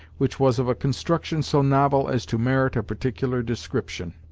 which was of a construction so novel as to merit a particular description.